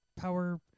power